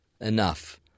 enough